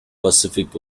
pacific